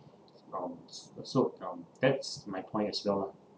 um s~ so um that's my point as well lah